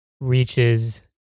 reaches